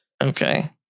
Okay